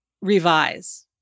revise